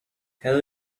hell